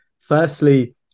firstly